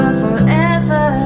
forever